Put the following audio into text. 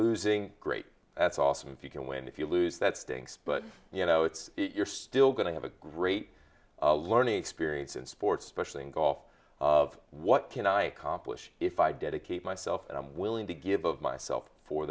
losing great that's awesome if you can win if you lose that stinks but you know it's you're still going to have a great learning experience in sports specially in golf what can i accomplish if i dedicate myself and i'm willing to give of myself for